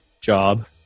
job